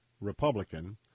Republican